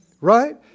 Right